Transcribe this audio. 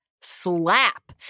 Slap